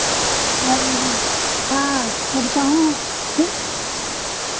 और हाँ सब कहूँ फिर